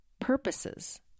purposes